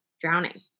drowning